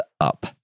up